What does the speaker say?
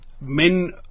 Men